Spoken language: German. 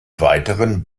weiteren